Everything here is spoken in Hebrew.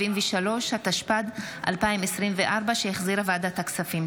273), התשפ"ד 2024, שהחזירה ועדת הכספים.